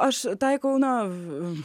aš taikau nav v